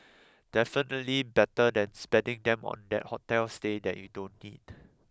definitely better than spending them on that hotel stay that you don't need